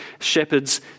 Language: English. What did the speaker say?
shepherds